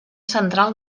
central